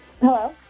Hello